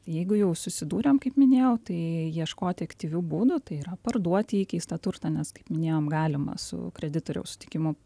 jeigu jau susidūrėm kaip minėjau tai ieškoti aktyvių būdų tai yra parduoti įkeistą turtą mes kaip minėjom galima su kreditoriaus sutikimu